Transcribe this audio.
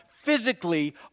physically